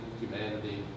humanity